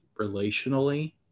relationally